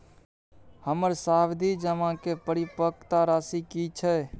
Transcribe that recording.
हमर सावधि जमा के परिपक्वता राशि की छै?